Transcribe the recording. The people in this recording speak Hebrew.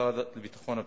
המשרד לביטחון הפנים,